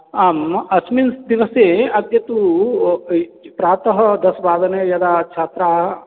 आम् अस्मिन् दिवसे अद्य तु प्रातः दशवादने यदा छात्राः